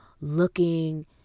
looking